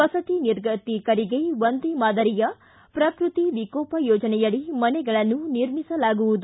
ವಸತಿ ನಿರ್ಗತಿಕರಿಗೆ ಒಂದೇ ಮಾದರಿಯ ಪ್ರಕೃತಿ ವಿಕೋಪ ಯೋಜನೆಯಡಿ ಮನೆಗಳನ್ನು ನಿರ್ಮಿಸಲಾಗುವುದು